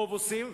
טוב עושים.